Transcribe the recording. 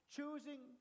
Choosing